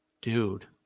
dude